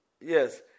Yes